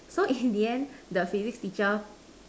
so in the end the Physics teacher